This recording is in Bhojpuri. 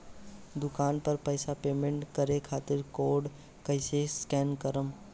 दूकान पर पैसा पेमेंट करे खातिर कोड कैसे स्कैन करेम?